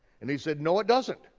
and he said no it doesn't,